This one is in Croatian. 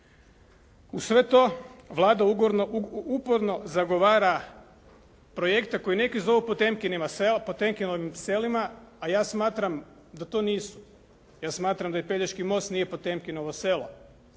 Uz sve to Vlada uporno zagovara projekte koje neki zovu Potemkinovim selima, a ja smatram da to nisu. Ja smatram da i Pelješki most nije Potemkinovo selo,